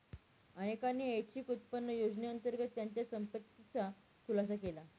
अनेकांनी ऐच्छिक उत्पन्न योजनेअंतर्गत त्यांच्या संपत्तीचा खुलासा केला